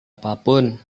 apapun